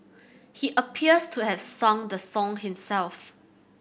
he appears to have sung the song himself